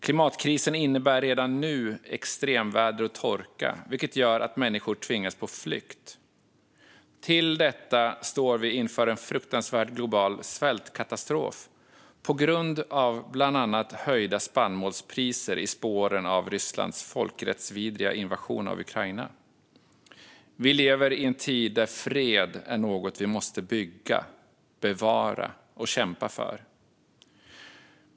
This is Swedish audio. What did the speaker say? Klimatkrisen innebär redan nu extremväder och torka, vilket gör att människor tvingas på flykt. Till detta står vi inför en fruktansvärd global svältkatastrof på grund av bland annat höjda spannmålspriser i spåren av Rysslands folkrättsvidriga invasion av Ukraina. Vi lever i en tid där fred är något vi måste bygga, bevara och kämpa för.